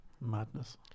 Madness